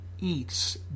eats